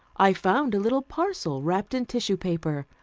i found a little parcel wrapped in tissue paper.